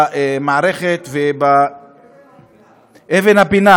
והיסוד, אבן הפינה.